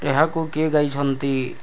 ଏହାକୁ କିଏ ଗାଇଛନ୍ତି